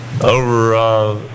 over –